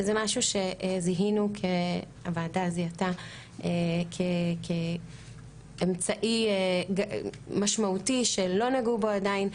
שזה משהו שהוועדה זיהתה כאמצעי משמעותי שלא נגעו בו עדיין,